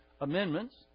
amendments